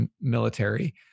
military